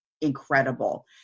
incredible